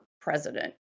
president